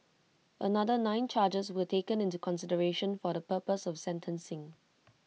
another nine charges were taken into consideration for the purpose of sentencing